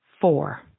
Four